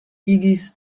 igis